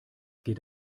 geht